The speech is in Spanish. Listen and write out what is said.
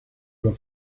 los